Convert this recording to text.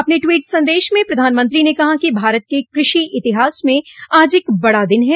अपने ट्वीट संदेश में प्रधानमंत्री ने कहा कि भारत के कृषि इतिहास मं आज एक बड़ा दिन है